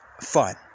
fun